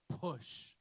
PUSH